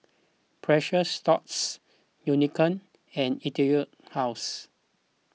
Precious Thots Unicurd and Etude House